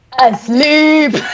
ASLEEP